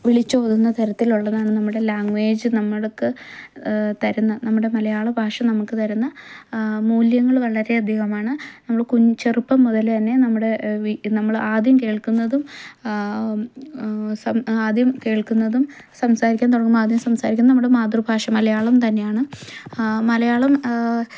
വിളിച്ചോതുന്ന തരത്തിൽ ഉള്ളതാണ് നമ്മുടെ ലാംഗ്വേജ് നമ്മൾക്ക് തരുന്ന നമ്മുടെ മലയാളഭാഷ നമുക്ക് തരുന്ന മൂല്യങ്ങള് വളരെയധികമാണ് നമ്മള് കും ചെറുപ്പം മുതലേ തന്നെ നമ്മുടെ വീട്ടിൽ നമ്മളാദ്യം കേള്ക്കുന്നതും സം ആദ്യം കേള്ക്കുന്നതും സംസാരിക്കാന് തൊടങ്ങുമ്പോ ആദ്യം സംസാരിക്കുന്നതും നമ്മുടെ മാതൃഭാഷ മലയാളം തന്നെയാണ് മലയാളം